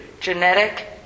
genetic